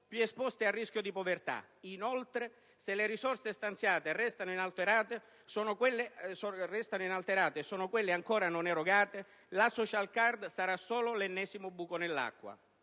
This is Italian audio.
più esposte al rischio dì povertà. Inoltre, se le risorse stanziate restano inalterate, e sono quelle ancora non erogate, la *social card* sarà solo l'ennesimo buco nell'acqua.